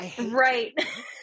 Right